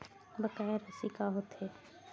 बकाया राशि का होथे?